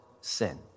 sin